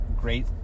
great